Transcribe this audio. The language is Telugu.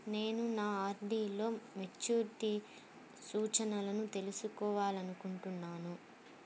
నేను నా ఆర్.డీ లో మెచ్యూరిటీ సూచనలను తెలుసుకోవాలనుకుంటున్నాను